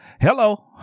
Hello